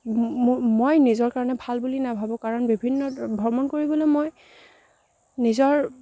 মই নিজৰ কাৰণে ভাল বুলি নাভাবোঁ কাৰণ বিভিন্ন ভ্ৰমণ কৰিবলৈ মই নিজৰ